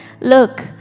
Look